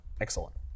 excellent